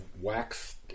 waxed